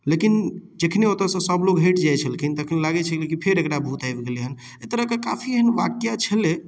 लेकिन जखने ओतऽसँ सब लोक हटि जाइ छलखिन तखन लागै छलै कि फेर एकरा भूत आबि गेलै हँ एहि तरहके काफी एहन वाक्या छलै